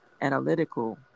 analytical